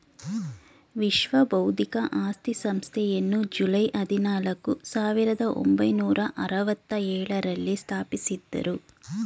ವಿಶ್ವ ಬೌದ್ಧಿಕ ಆಸ್ತಿ ಸಂಸ್ಥೆಯನ್ನು ಜುಲೈ ಹದಿನಾಲ್ಕು, ಸಾವಿರದ ಒಂಬೈನೂರ ಅರವತ್ತ ಎಳುರಲ್ಲಿ ಸ್ಥಾಪಿಸಿದ್ದರು